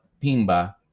Pimba